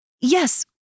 Yes